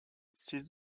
ses